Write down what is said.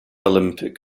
olympic